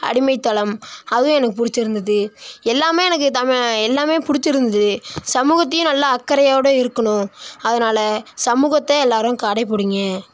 அடிமைத்தளம் அதுவும் எனக்கு பிடிச்சிருந்துது எல்லாமே எனக்கு எல்லாமே பிடிச்சிருந்துது சமூகத்திலேயும் நல்லா அக்கறையோடு இருக்கணும் அதனால் சமூகத்தை எல்லாேரும் கடைப்பிடிங்க